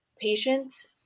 Patients